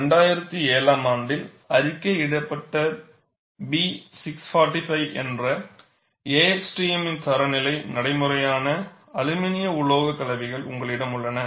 2007 ஆம் ஆண்டில் அறிக்கையிடப்பட்ட B645 என்ற ASTM தர நிலை நடைமுறையான அலுமினிய உலோகக்கலவைகள் உங்களிடம் உள்ளன